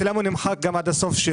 השאלה אם הוא נמחק עד הסוף.